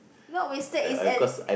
not wasted is at